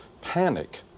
panic